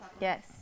yes